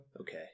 Okay